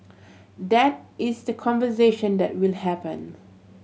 that is the conversation that will happen